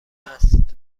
است